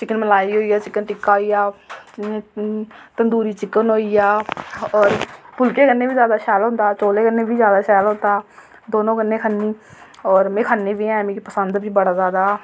chicken malai होई गेआ tandoori chicken होई गेआ ओर फुलके कन्नै बी जैदा शैल होंदा चौलें कन्नै बी जैदा शैल होंदा दोनों कन्नै खन्नी और में खन्नी बी आं ते मिगी पसंद बी बड़ा जैदा